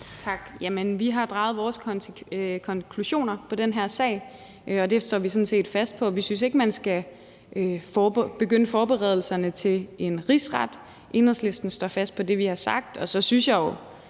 Tak. Vi har draget vores konklusioner i den her sag, og det står vi sådan set fast på. Vi synes ikke, at man skal påbegynde forberedelserne til en rigsret. I Enhedslisten står vi fast på det, vi har sagt. Og så synes jeg jo